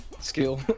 Skill